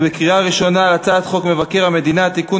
בקריאה ראשונה על הצעת חוק מבקר המדינה (תיקון